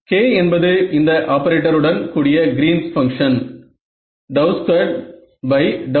K என்பது இந்த ஆப்பரேட்டருடன் கூடிய கிரீன்'ஸ் பங்க்ஷன் Greens function